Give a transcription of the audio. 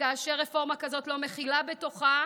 כאשר רפורמה כזאת לא מכילה בתוכה